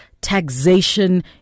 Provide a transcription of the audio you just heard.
taxation